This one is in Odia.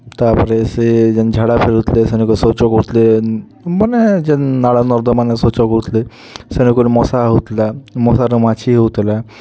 ତା'ପରେ ସେ ଯେନ୍ ଝାଡ଼ା ଫେରୁ ଥିଲେ ସେ ନକ ଶୌଚ କରୁଥିଲେ ମାନେ ଯେନ୍ ନାଳ ନର୍ଦ୍ଦମାମାନ ଶୌଚ କରୁଥିଲେ ସେଗୁଡ଼ାକରେ ମଶା ହଉଥିଲା ମଶାରୁ ମାଛି ହଉଥିଲା